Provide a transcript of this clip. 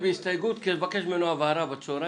בהסתייגות כי אני אבקש ממנו הבהרה בצהריים.